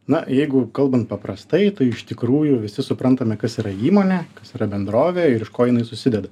na jeigu kalbant paprastai tai iš tikrųjų visi suprantame kas yra įmonė kas yra bendrovė ir iš ko jinai susideda